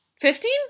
Fifteen